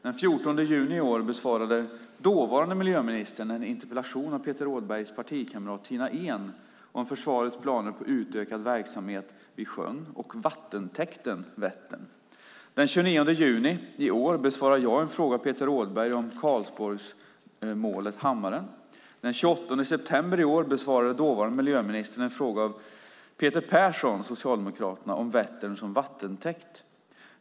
Den 14 juni i år besvarade dåvarande miljöministern en interpellation av Peter Rådbergs partikamrat Tina Ehn om försvarets planer på utökad verksamhet vid sjön och vattentäkten Vättern. Den 29 juni i år besvarade jag en fråga av Peter Rådberg om Karlsborgsmålet Hammaren. Den 28 september i år besvarade dåvarande miljöministern en fråga av Peter Persson, Socialdemokraterna, om Vättern som vattentäkt.